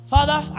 Father